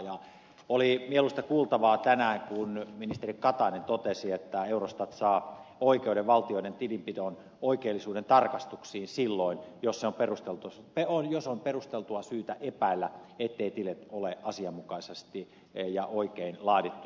ja oli mieluista kuultavaa tänään kun ministeri katainen totesi että eurostat saa oikeuden valtioiden tilinpidon oikeellisuuden tarkastuksiin silloin jos on perusteltua syytä epäillä etteivät tilit ole asianmukaisesti ja oikein laadittuja